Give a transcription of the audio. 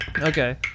Okay